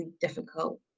difficult